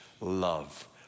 love